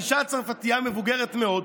אישה צרפתייה מבוגרת מאוד,